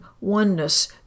oneness